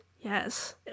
Yes